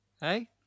hey